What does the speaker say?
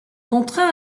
contraint